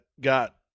got